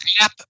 app